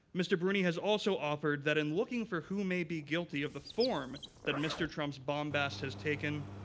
mr. bruni has also offered that in looking for who may be guilty of the form that mr. trump's bombast has taken,